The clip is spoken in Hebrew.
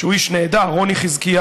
שהוא איש נהדר, רוני חזקיהו,